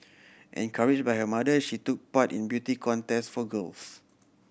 encouraged by her mother she took part in beauty contests for girls